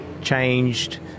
changed